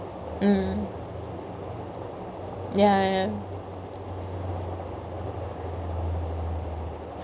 mm ya ya